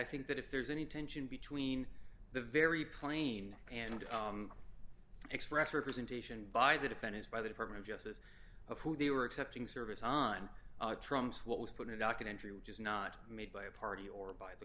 think that if there's any tension between the very plain and to express representation by the defendants by the department of justice of who they were accepting service on trumps what was put in a documentary which is not made by a party or by the